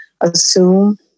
assume